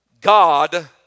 God